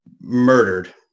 murdered